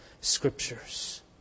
scriptures